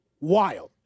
wild